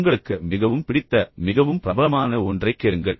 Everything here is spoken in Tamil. உங்களுக்கு மிகவும் பிடித்த மிகவும் பிரபலமான ஒன்றைக் கேளுங்கள்